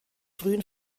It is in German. frühen